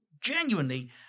Genuinely